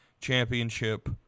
Championship